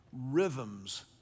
rhythms